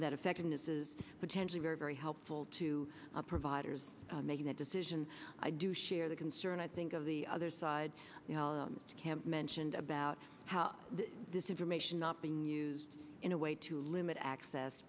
that effectiveness is potentially very very helpful to providers making that decision i do share the concern i think of the other side camp mentioned about how this information not being used in a way to limit access